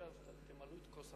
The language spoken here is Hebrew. החוק,